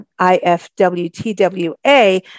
IFWTWA